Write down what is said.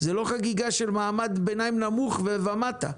זה לא חגיגה של מעמד ביניים נמוך ומטה.